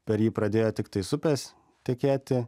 per jį pradėjo tiktais upės tekėti